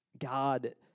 God